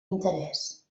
interès